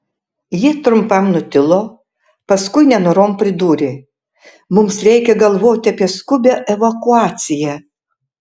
ji trumpam nutilo paskui nenorom pridūrė mums reikia galvoti apie skubią evakuaciją